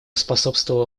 способствовало